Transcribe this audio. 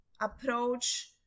approach